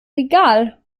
egal